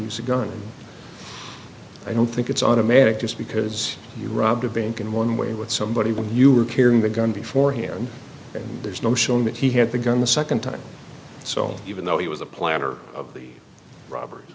use a gun and i don't think it's automatic just because you robbed a bank in one way with somebody when you were carrying the gun before hand and there's no showing that he had the gun the second time so even though he was a planner of the robert